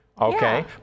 okay